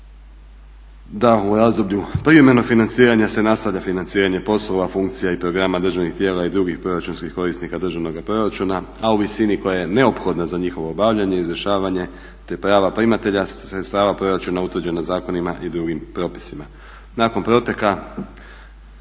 da u razdoblju privremenog financiranja se nastavlja financiranje poslova, funkcija i programa državnih tijela i drugih proračunskih korisnika državnoga proračuna, a u visini koja je neophodna za njihovo obavljanje i izvršavanje, te prava primatelja sredstava proračuna utvrđena zakonima i drugim propisima.